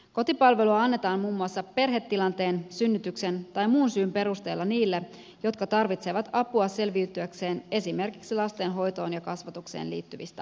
kotipalvelua annetaan muun muassa perhetilanteen synnytyksen tai muun syyn perusteella niille jotka tarvitsevat apua selviytyäkseen esimerkiksi lasten hoitoon ja kasvatukseen liittyvistä asioista